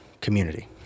community